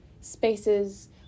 spaces